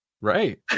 Right